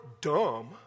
dumb